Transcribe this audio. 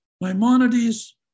Maimonides